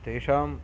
तेषाम्